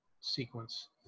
sequence